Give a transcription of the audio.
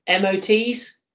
MOTs